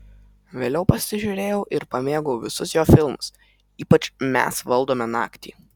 vėliau pasižiūrėjau ir pamėgau visus jo filmus ypač mes valdome naktį